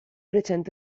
recente